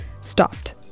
stopped